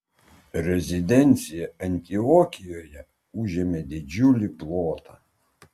rezidencija antiokijoje užėmė didžiulį plotą